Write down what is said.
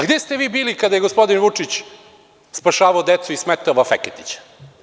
Gde ste vi bili kada je gospodin Vučić spašavao decu iz smetova u Feketiću?